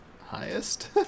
highest